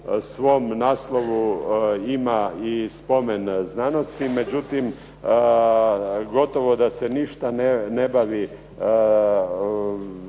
svom naslovu ima i spomen znanosti. Međutim, gotovo da se ništa ne bavi